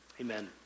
amen